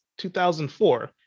2004